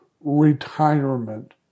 retirement